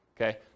Okay